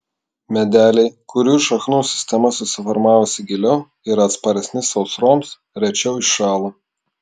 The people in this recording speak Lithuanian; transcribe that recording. medeliai kurių šaknų sistema susiformavusi giliau yra atsparesni sausroms rečiau iššąla